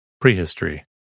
Prehistory